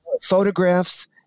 photographs